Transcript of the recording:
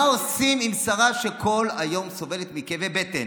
מה עושים עם שרה שכל היום סובלת מכאבי בטן,